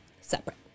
separate